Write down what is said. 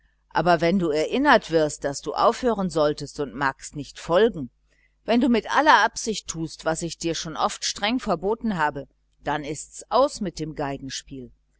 aber wenn du erinnert wirst daß du aufhören solltest und magst nicht folgen wenn du mit aller absicht tust was ich dir schon oft streng verboten habe dann ist's aus mit dem